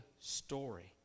story